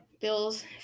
Bills